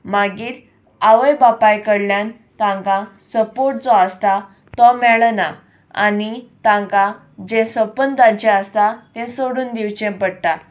मागीर आवय बापाय कडल्यान तांकां सपोट जो आसता तो मेळना आनी तांकां जें सपन तांचें आसता तें सोडून दिवचें पडटा